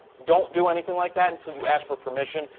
don't do anything like that until you ask for permission.